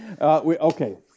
Okay